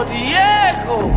Diego